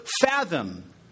fathom